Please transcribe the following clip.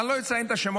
אני לא אציין את השמות.